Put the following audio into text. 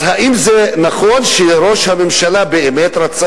אז האם זה נכון שראש הממשלה באמת רצה